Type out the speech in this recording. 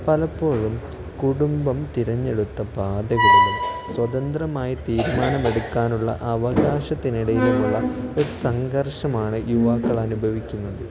പലപ്പോഴും കുടുംബം തിരഞ്ഞെടുത്ത പാതകൾ സ്വതന്ത്രമായി തീരുമാനമെടുക്കാനുള്ള അവകാശത്തിനിടയിലുമുള്ള ഒരു സംഘർഷമാണ് യുവാക്കൾ അനുഭവിക്കുന്നത്